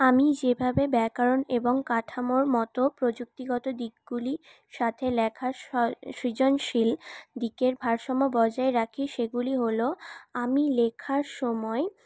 আমি যেভাবে ব্যাকরণ এবং কাঠামোর মতো প্রযুক্তিগত দিকগুলি সাথে লেখার সৃজনশীল দিকের ভারসাম্য বজায় রাখি সেগুলি হলো আমি লেখার সময়